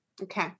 Okay